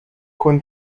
con